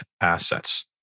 assets